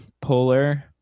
Polar